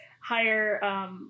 higher –